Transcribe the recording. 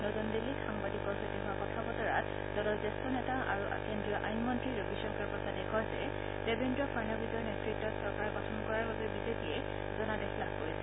নতুন দিল্লীত সাংবাদিকৰ সৈতে হোৱা কথা বতৰাত দলৰ জ্যেষ্ঠ নেতা আৰু কেন্দ্ৰীয় আইন মন্নী ৰবিশংকৰ প্ৰসাদে কয় যে দেবেন্দ্ৰ ফাড়নবিচৰ নেতৃত্বত চৰকাৰ গঠন কৰাৰ বাবে বিজেপিয়ে জনাদেশ লাভ কৰিছিল